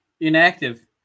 Inactive